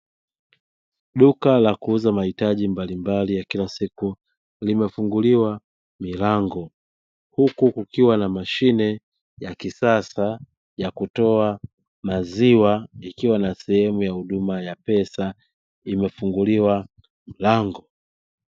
Duka la kuuza mahitaji mbalimbali ya kila siku limefunguliwa milango, huku kukiwa na mashine ya kisasa ya kutoa maziwa ikiwa na sehemu ya huduma ya pesa imefunguliwa mlango.